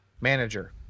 manager